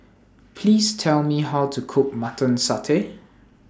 Please Tell Me How to Cook Mutton Satay